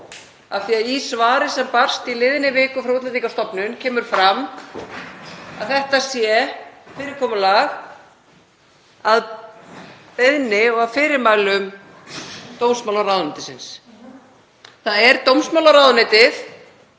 af því að í svari sem barst í liðinni viku frá Útlendingastofnun kemur fram að þetta sé fyrirkomulag að beiðni og að fyrirmælum dómsmálaráðuneytisins. Það er dómsmálaráðuneytið